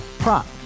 Prop